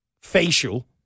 Facial